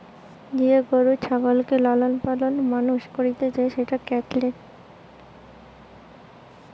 যে গরু ছাগলকে লালন পালন মানুষ করতিছে সেটা ক্যাটেল